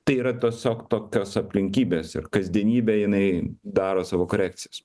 tai yra tiesiog tokios aplinkybės ir kasdienybė jinai daro savo korekcijas